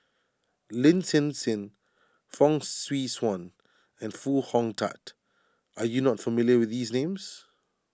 Lin Hsin Hsin Fong Swee Suan and Foo Hong Tatt are you not familiar with these names